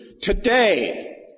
today